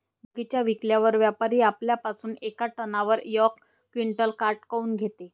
बगीचा विकल्यावर व्यापारी आपल्या पासुन येका टनावर यक क्विंटल काट काऊन घेते?